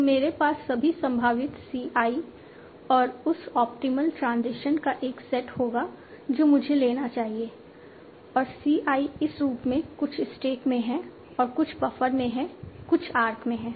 तो मेरे पास सभी संभावित C i और उस ऑप्टिमल ट्रांजिशन का एक सेट होगा जो मुझे लेना चाहिए और C i इस रूप में कुछ स्टैक में है और कुछ बफर में कुछ आर्क में है